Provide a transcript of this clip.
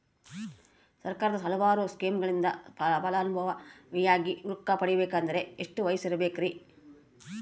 ಸರ್ಕಾರದ ಹಲವಾರು ಸ್ಕೇಮುಗಳಿಂದ ಫಲಾನುಭವಿಯಾಗಿ ರೊಕ್ಕ ಪಡಕೊಬೇಕಂದರೆ ಎಷ್ಟು ವಯಸ್ಸಿರಬೇಕ್ರಿ?